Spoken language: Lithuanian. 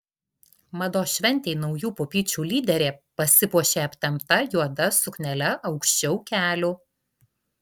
mados šventei naujų pupyčių lyderė pasipuošė aptempta juoda suknele aukščiau kelių